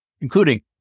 including